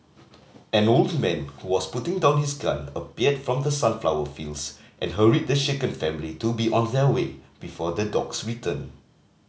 an old man who was putting down his gun appeared from the sunflower fields and hurried the shaken family to be on their way before the dogs return